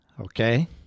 Okay